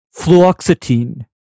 fluoxetine